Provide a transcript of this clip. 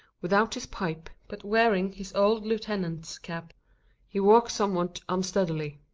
without his pipe, but wearing his old lieutenant's cap he walks somewhat unsteadily.